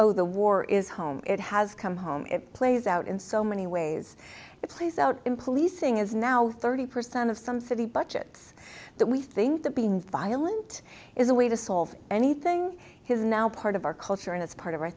oh the war is home it has come home it plays out in so many ways it's plays out in policing is now thirty percent of some city budgets that we think that being violent is a way to solve anything has now part of our culture and it's part of our